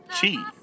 cheese